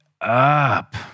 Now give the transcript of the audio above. up